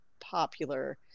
popular